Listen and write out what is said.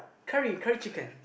curry curry chicken